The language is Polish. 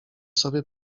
sobie